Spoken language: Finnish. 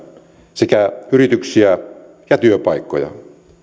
sekä yrityksiä ja työpaikkoja